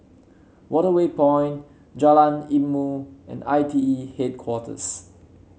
Waterway Point Jalan Ilmu and I T E Headquarters